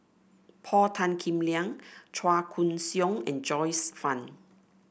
Paul Tan Kim Liang Chua Koon Siong and Joyce Fan